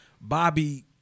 Bobby